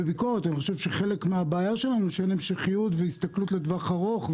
אני חושב שחלק מהבעיה שלנו היא שאין המשכיות והסתכלות לטווח ארוך,